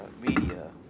media